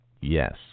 Yes